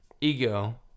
ego